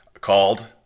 called